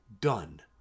done